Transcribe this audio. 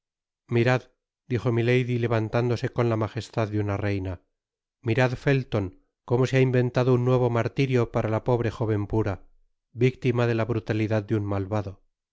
mirad dijo milady levantándose con la majestad de una reina mirad felton como se ha inventado un nuevo martirio para la pobre jóven pura victima de la brutalidad de un malvado